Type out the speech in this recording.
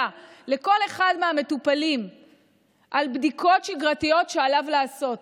לכל אחד מהמטופלים על בדיקות שגרתיות שעליו לעשות,